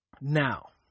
Now